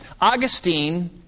Augustine